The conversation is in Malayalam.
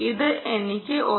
ഇത് എനിക്ക് 1